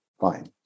fine